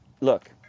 Look